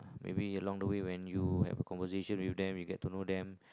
maybe along the way when you had a conversation with them you get to know them